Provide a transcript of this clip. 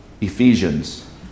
Ephesians